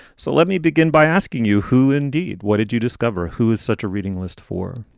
so let me begin by asking you, who indeed what did you discover? who is such a reading list for